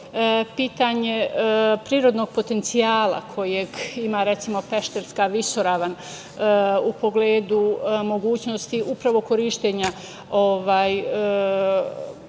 pitanje prirodnog potencijala kojeg ima, recimo, Pešterska visoravan u pogledu mogućnosti upravo korišćenja izvora